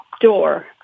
door